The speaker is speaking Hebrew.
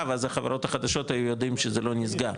ואז החברות החדשות היו יודעים שזה לא נסגר.